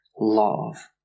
love